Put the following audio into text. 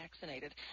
vaccinated